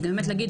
ובאמת להגיד,